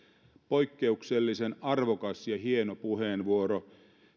poikkeuksellisen arvokas ja hieno puheenvuoro